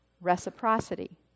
reciprocity